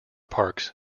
parks